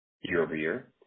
Year-over-year